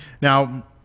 Now